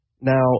Now